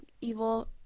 evil